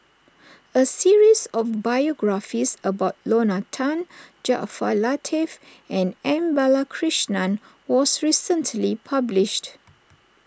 a series of biographies about Lorna Tan Jaafar Latiff and M Balakrishnan was recently published